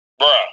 Bruh